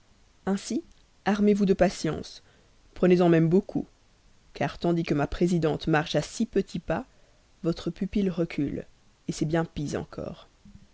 ainsi armez-vous de patience prenez-en même beaucoup car tandis que ma présidente marche à si petits pas votre pupille recule c'est bien pis encore